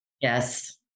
Yes